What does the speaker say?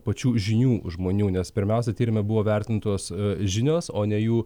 pačių žinių žmonių nes pirmiausia tyrime buvo vertintos žinios o ne jų